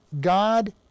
God